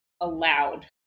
allowed